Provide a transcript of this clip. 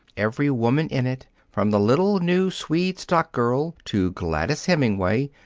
every woman in it, from the little new swede stock-girl to gladys hemingway,